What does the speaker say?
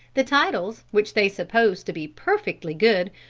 the titles, which they supposed to be perfectly good,